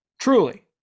Truly